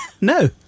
No